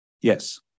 Yes